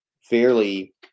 fairly